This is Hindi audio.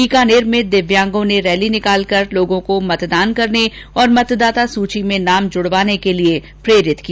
बीकानेर में दिव्यांगो ने रैली निकालकर लोगों को मतदान करने और मतदाता सूची में नाम जुडवाने के लिए प्रेरित किया